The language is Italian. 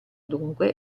dunque